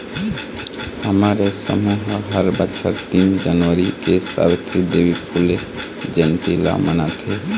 हमर ये समूह ह हर बछर तीन जनवरी के सवित्री देवी फूले जंयती ल मनाथे